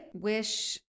wish